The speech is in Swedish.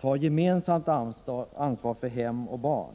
tar gemensamt ansvar för hem och barn.